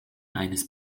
eines